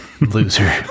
Loser